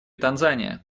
танзания